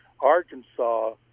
Arkansas